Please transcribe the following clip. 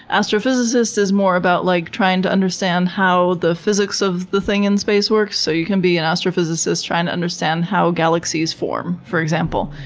astrophysicist is more about like trying to understand how the physics of the thing in space works. so you can be an astrophysicist trying to understand how galaxies form, for example.